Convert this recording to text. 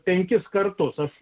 penkis kartus aš